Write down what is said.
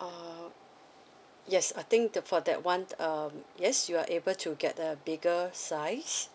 uh yes I think uh for that one um yes you are able to get a bigger size